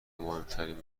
مهمترین